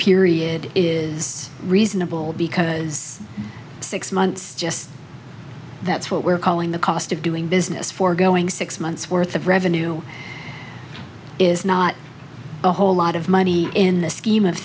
period is reasonable because six months just that's what we're calling the cost of doing business for going six months worth of revenue is not a whole lot of money in the scheme of